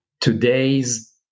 Today's